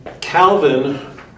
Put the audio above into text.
Calvin